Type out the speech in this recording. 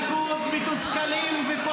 למה חברי הכנסת של הליכוד מתוסכלים וכועסים?